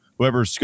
whoever